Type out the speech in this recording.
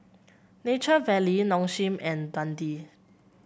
Nature Valley Nong Shim and Dundee